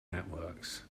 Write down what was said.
networks